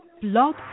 Blog